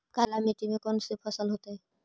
काला मिट्टी में कौन से फसल होतै?